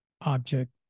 object